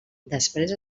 després